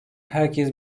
herkes